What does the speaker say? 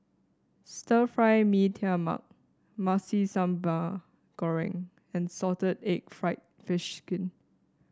Stir Fry Mee Tai Mak Nasi Sambal Goreng and Salted Egg fried fish skin